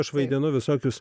aš vaidinu visokius